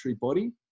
body